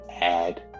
add